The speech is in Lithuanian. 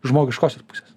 žmogiškosios pusės